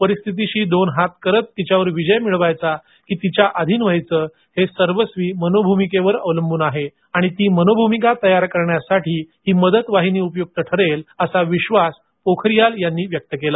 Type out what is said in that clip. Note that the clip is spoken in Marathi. परिस्थितीशी दोन हात करत तिच्यावर विजय मिळवायचा की तिच्या आधीन व्हायचं हे सर्वस्वी मनोभूमिकेवर अवलंबून आहे आणि ती मनोभूमिका तयार करण्यासाठी ही मदत वाहिनी उपयुक्त ठरेल असा विश्वास पोखारीयाल यांनी व्यक्त केला